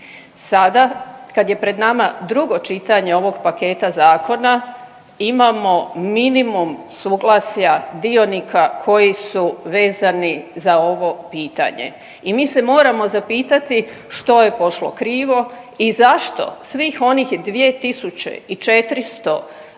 Sada kad je pred nama drugo čitanje ovog paketa zakona imamo minimum suglasja dionika koji su vezani za ovo pitanje. I mi se moramo zapitati što je pošlo krivo i zašto svih onih 2400